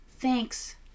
thanks